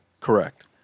Correct